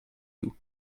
you